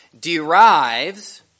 derives